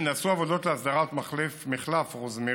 נעשו עבודות להסדרת מחלף רוזמרין,